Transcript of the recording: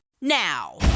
now